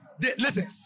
Listen